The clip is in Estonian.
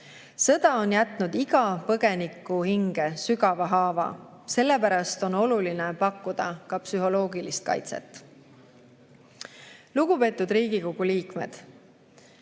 Sõda on jätnud iga põgeniku hinge sügava haava, sellepärast on oluline pakkuda ka psühholoogilist kaitset. Lugupeetud Riigikogu liikmed!